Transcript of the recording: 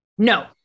No